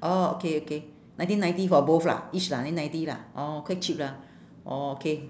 orh okay okay nineteen ninety for both lah each lah nine ninety lah orh quite cheap lah orh okay